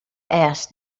asked